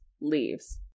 leaves